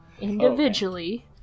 individually